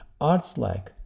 arts-like